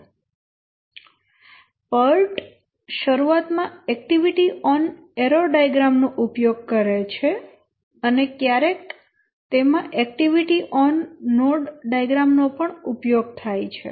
PERT શરૂઆત માં activity on arrow diagram નો ઉપયોગ કરે છે અને ક્યારેક તેમાં એક્ટિવિટી ઓન નોડ ડાયાગ્રામ નો પણ ઉપયોગ થાય છે